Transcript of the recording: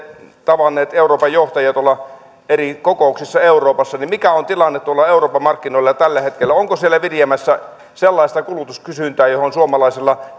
tavannut euroopan johtajia tuolla eri kokouksissa euroopassa mikä on tilanne tuolla euroopan markkinoilla tällä hetkellä onko siellä viriämässä sellaista kulutuskysyntää johon suomalaisella